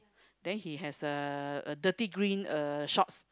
then he has a a dirty green uh shorts